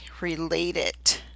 related